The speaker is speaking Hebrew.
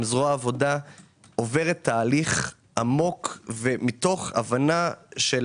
זרוע העבודה עוברת תהליך עמוק מתוך הבנה של